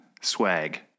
swag